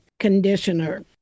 Conditioner